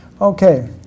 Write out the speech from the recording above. Okay